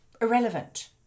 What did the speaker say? Irrelevant